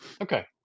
Okay